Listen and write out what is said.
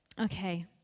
Okay